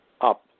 up